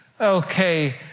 okay